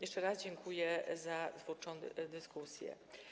Jeszcze raz dziękuję za twórczą dyskusję.